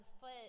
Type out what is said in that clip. foot